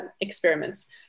experiments